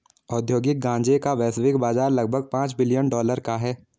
औद्योगिक गांजे का वैश्विक बाजार लगभग पांच बिलियन डॉलर का है